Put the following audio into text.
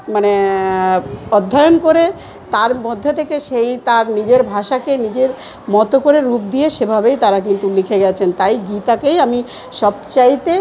মানে অধ্যয়ন করে তার মধ্যে থেকে সেই তার নিজের ভাষাকে নিজের মতো করে রূপ দিয়ে সেভাবেই তারা কিন্তু লিখে গিয়েছেন তাই গীতাকেই আমি সব চাইতে